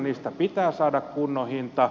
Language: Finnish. niistä pitää saada kunnon hinta